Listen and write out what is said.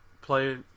play